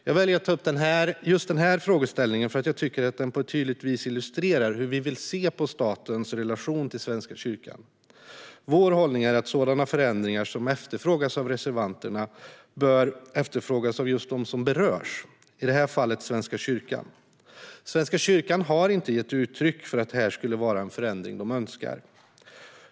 Jag väljer att ta upp just den här frågeställningen eftersom jag tycker att den på ett tydligt vis illustrerar hur vi vill se på statens relation till Svenska kyrkan. Vår hållning är att sådana förändringar som efterfrågas av reservanterna bör efterfrågas av dem som berörs, i det här fallet Svenska kyrkan. Svenska kyrkan har inte gett uttryck för att det här skulle vara en förändring den önskar.